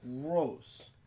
gross